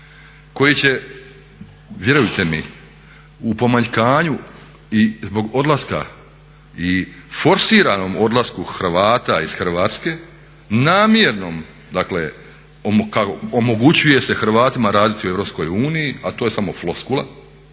koji će vjerujte mi u pomanjkanju i zbog odlaska i forsiranom odlasku Hrvata iz Hrvatske, namjernom dakle omogućuje se Hrvatima raditi u Europskoj uniji a to je samo floskula.